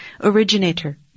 originator